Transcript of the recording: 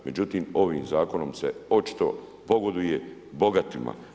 Međutim, ovim zakonom se očito pogoduje bogatima.